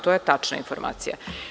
To je tačna informacija.